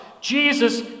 Jesus